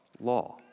law